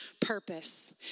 purpose